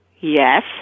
Yes